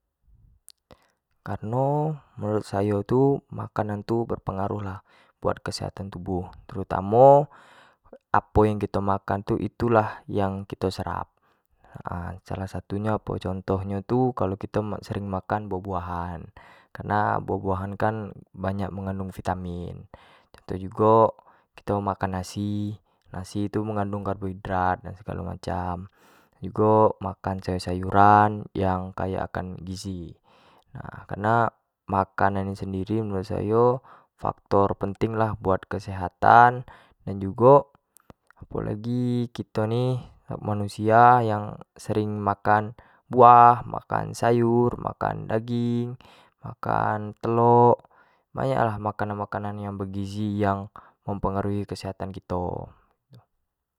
Kareno menurt sayo tu makannan berpengaruh lah buat kesehtan tubuh, terutamo apo yang kito kan itu, itu lah yang kito serap salah satu nyo apo contoh nyo tu kalau kito sering makan buah-buahan, karena buah-buahan kan banyak mengandung vitamin, contoh jugo kito makan nasi, nasi tu kan mengandung karbohidrat dan segalo macam, dan jugo makan sayur-sayuran yang kaya akan gizi, nah karena makanan sendiri menurut sayo faktor penting lah buat kesehatan dan jugo, apo lagi kito nih, manusia yang sering makan buah, makan sayur, makan daging, makan telok banyak lah makan-makanan yang begizi yang mempengaruhi kesehatan kito gitu.